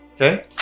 Okay